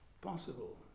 possible